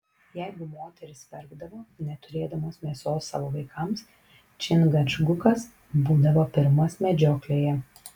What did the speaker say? jeigu moterys verkdavo neturėdamos mėsos savo vaikams čingačgukas būdavo pirmas medžioklėje